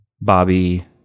Bobby